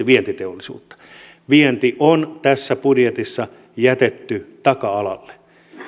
vientiteollisuutta vienti on tässä budjetissa jätetty taka alalle